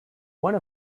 one